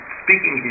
speaking